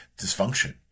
dysfunction